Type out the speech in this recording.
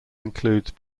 includes